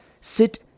Sit